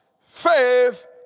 faith